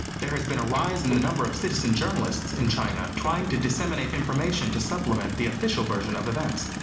there has been a rise in the number of citizen journalists in china trying to disseminate information to supplement the official version of events.